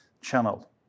channel